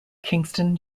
kingston